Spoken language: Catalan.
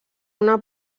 una